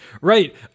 Right